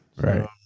Right